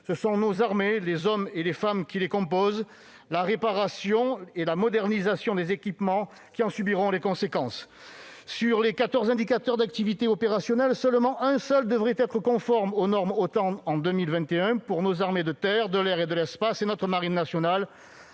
ce sont nos armées, les hommes et les femmes qui les composent, la réparation et la modernisation des équipements qui en subiront les conséquences. Sur les quatorze indicateurs d'activité opérationnelle, un seul devrait être conforme aux normes de l'OTAN en 2021, pour nos armées de terre, de l'air et de l'espace et notre marine nationale,